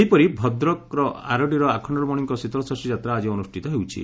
ସେହିପରି ଭଦ୍ରକର ଆରଡି ଆଖଖଖଳମଣିଙ୍କ ଶୀତଳଷଷୀ ଯାତ୍ରା ଆକି ଅନୁଷିତ ହେଉଛି